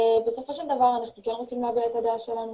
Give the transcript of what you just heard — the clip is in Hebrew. בסופו של דבר אנחנו כן רוצים להביע את הדעה שלנו,